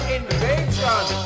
Invasion